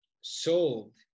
sold